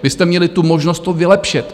Vy jste měli možnost to vylepšit.